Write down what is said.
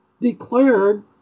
declared